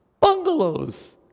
bungalows